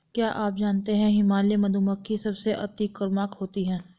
क्या आप जानते है हिमालयन मधुमक्खी सबसे अतिक्रामक होती है?